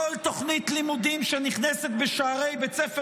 כל תוכנית לימודים שנכנסת בשערי בית ספר